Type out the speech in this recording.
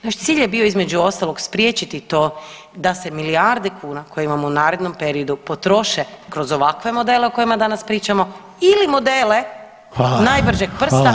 Naš cilj je bio između ostalog spriječiti to da se milijarde kuna koje imamo u narednom periodu potroše kroz ovakve modele o kojima danas pričamo ili modele najbržeg prsta